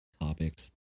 topics